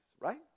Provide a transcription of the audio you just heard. right